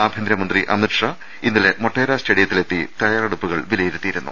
ആഭ്യന്തര മന്ത്രി അമിത്ഷാ ഇന്നലെ മൊട്ടേര സ് റ്റേഡിയത്തിലെത്തി തയ്യാറെടുപ്പുകൾ വിലയിരുത്തിയിരുന്നു